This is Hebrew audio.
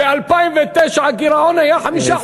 ב-2009 הגירעון היה 5%,